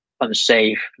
unsafe